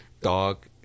dog